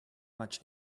much